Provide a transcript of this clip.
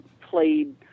played